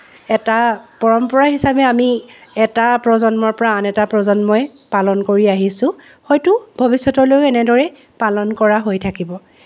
এটা পৰম্পৰা হিচাপে আমি এটা প্ৰজন্মৰ পৰা আন এটা প্ৰজন্মই পালন কৰি আহিছোঁ হয়তো ভবিষ্যতলৈয়ো এনেদৰে পালন কৰা হৈ থাকিব